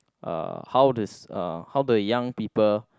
uh how the uh how the young people